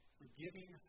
forgiving